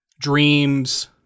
dreams